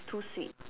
too sweet